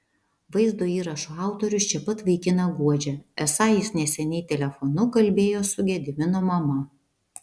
vaizdo įrašo autorius čia pat vaikiną guodžia esą jis neseniai telefonu kalbėjo su gedimino mama